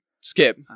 skip